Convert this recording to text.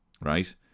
Right